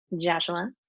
Joshua